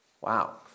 Wow